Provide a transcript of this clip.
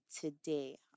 today